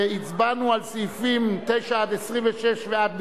שהצבענו על סעיפים 9 26, ועד בכלל,